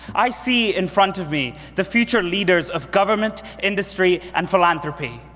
i see in front of me the future leaders of government, industry, and philanthropy.